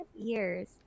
years